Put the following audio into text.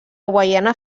guaiana